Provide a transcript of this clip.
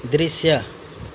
दृश्य